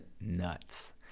nuts